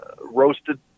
roasted